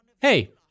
hey